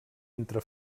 entre